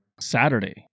Saturday